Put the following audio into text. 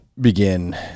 begin